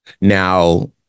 Now